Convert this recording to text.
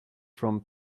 from